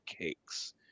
cakes